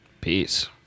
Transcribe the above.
Peace